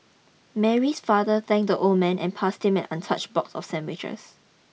Mary's father thank the old man and passed him an untouched box of sandwiches